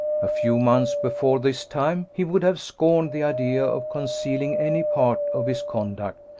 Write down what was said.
a few months before this time, he would have scorned the idea of concealing any part of his conduct,